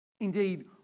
Indeed